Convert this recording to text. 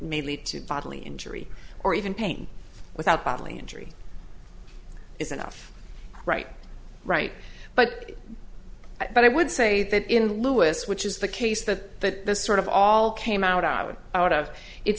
may lead to bodily injury or even pain without bodily injury is enough right right but but i would say that in louis which is the case that sort of all came out out out of it